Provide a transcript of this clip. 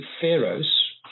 pharaohs